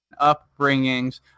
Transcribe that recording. upbringings